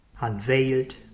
Unveiled